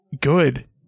Good